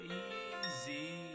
easy